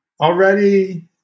already